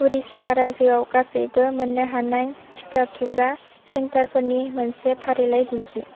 उरिस्सा रायजोआव गासैबो मोननो हानाय टिका थुग्रा सेन्टारफोरनि मोनसे फारिलाइ दिन्थि